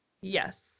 Yes